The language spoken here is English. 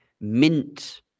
mint